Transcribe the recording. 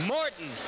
Morton